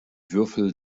würfel